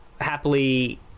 happily